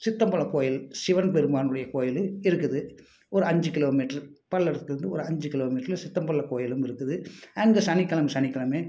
சித்தம்பலம் கோயில் சிவன் பெருமானுடைய கோயில் இருக்குது ஒரு அஞ்சு கிலோ மீட்டரு பல்லடத்திலருந்து ஒரு அஞ்சு கிலோ மீட்ரில் சித்தம்பலம் கோயிலும் இருக்குது அங்கே சனிக்கெழம சனிக்கெழம